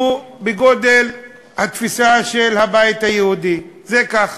שהוא בגודל התפיסה של הבית היהודי, זה ככה.